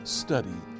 study